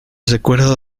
recuerdo